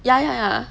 ya ya ya